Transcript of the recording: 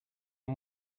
amb